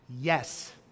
yes